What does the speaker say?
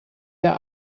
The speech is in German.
der